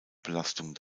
belastung